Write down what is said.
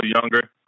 younger